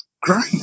great